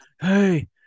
Hey